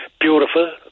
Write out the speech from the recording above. beautiful